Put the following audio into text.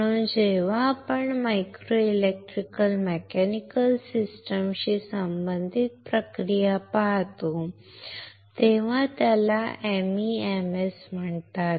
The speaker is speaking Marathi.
म्हणून जेव्हा आपण मायक्रो इलेक्ट्रो मेकॅनिकल सिस्टमशी संबंधित प्रक्रिया करतो तेव्हा त्याला MEMS म्हणतात